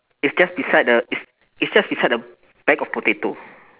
it's just beside the it's it's just beside the bag of potato